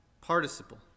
participle